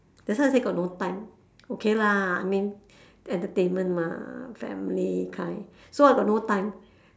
that's why I say got no time okay lah I mean entertainment mah family kind so I got no time